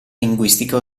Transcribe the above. linguistica